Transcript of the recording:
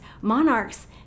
monarchs